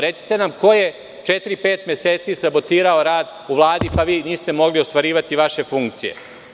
Recite nam ko je četiri ili pet meseci sabotirao rad u Vladi pa vi niste mogli ostvarivati vaše funkcije?